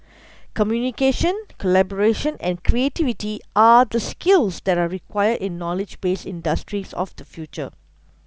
communication collaboration and creativity are the skills that are required in knowledge-based industries of the future